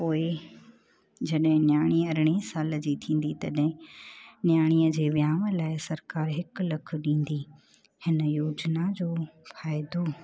पोइ जॾहिं नियाणी अरिड़हां साल जी थींदी तॾहिं नियाणीअ जे विहांउ लाइ सरकारि हिकु लख ॾींदी हिन योजिना जो फ़ाइदो